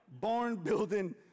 Barn-building